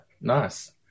nice